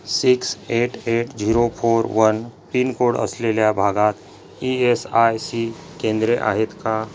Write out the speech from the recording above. six eight eight zero four one pin code असलेल्या भागात E S I C केंद्रे आहेत का